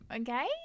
okay